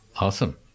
Awesome